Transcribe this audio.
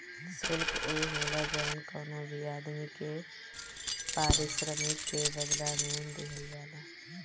शुल्क उ होला जवन कवनो भी आदमी के पारिश्रमिक के बदला में दिहल जाला